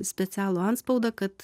specialų antspaudą kad